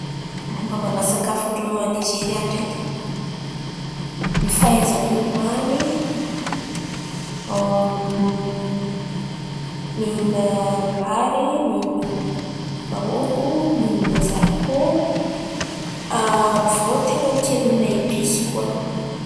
Momba momba sakafon-drô A Nizeria ndreky, ny fahaizako irô any mihin̈a vary, mihin̈a mahôgô, mihin̈a zarikô. Avô ten̈a tia mihin̈a episy koa irô.